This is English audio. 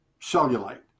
cellulite